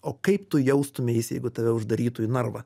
o kaip tu jaustumeisi jeigu tave uždarytų į narvą